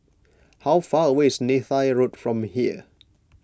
how far away is Neythai Road from here